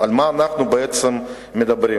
על מה אנחנו בעצם מדברים?